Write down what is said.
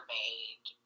made